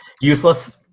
useless